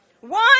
one